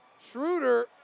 Schroeder